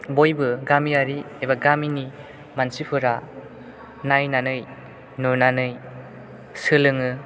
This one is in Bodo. बयबो गामियारि एबा गामिनि मानसिफोरा नायनानै नुनानै सोलोङो